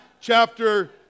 chapter